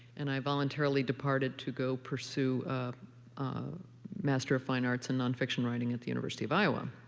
and i voluntarily departed to go pursue a master of fine arts and non-fiction writing at the university of iowa.